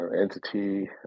entity